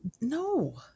No